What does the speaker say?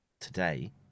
today